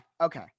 Okay